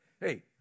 Hey